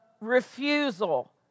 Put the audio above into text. refusal